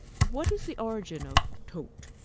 what is the origin of tote?